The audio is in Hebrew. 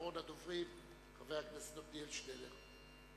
אחרון הדוברים הוא חבר הכנסת עתניאל שנלר.